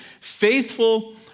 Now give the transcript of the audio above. faithful